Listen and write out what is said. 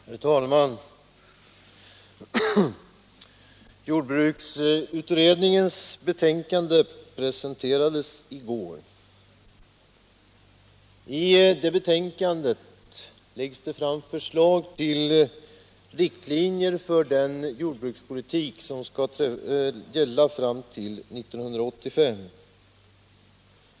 Herr talman! Jordbruksutredningens betänkande presenterades i går. I det betänkandet läggs det fram förslag till riktlinjer för den jordbrukspolitik som skall gälla fram till 1985.